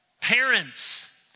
Parents